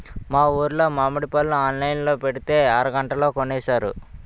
మా ఊరులో మావిడి పళ్ళు ఆన్లైన్ లో పెట్టితే అరగంటలో కొనేశారు